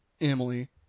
Emily